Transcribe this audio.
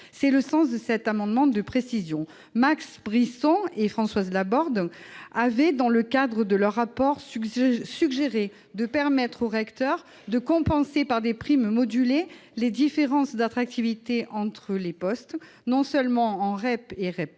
est le sens de cet amendement de précision. Max Brisson et Françoise Laborde avaient, dans le cadre de leur rapport, suggéré de permettre aux recteurs de compenser, par des primes modulées, les différences d'attractivité entre les postes, non seulement en REP et REP+,